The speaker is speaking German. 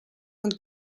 und